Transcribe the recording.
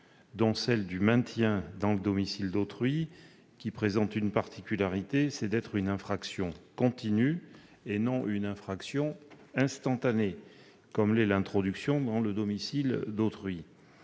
dont celle du maintien dans le domicile d'autrui, qui présente la particularité d'être une infraction continue et non une infraction instantanée, comme l'est l'introduction dans le domicile d'autrui.